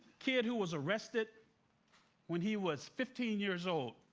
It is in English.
kid who was arrested when he was fifteen years old.